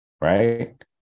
right